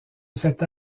cette